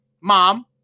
mom